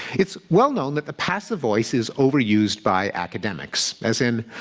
it's well known that the passive voice is overused by academics, as in,